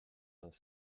vingt